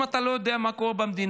אם אתה לא יודע מה קורה במדינה,